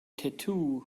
tattoo